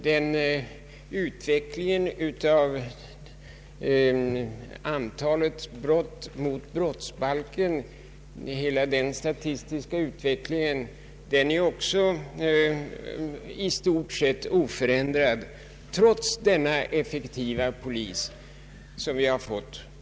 Den statistiska utvecklingen av antalet brott mot brottsbalken är också den i stort sett oförändrad, trots den effektiva polis som vi har fått.